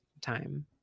time